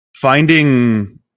finding